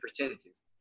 opportunities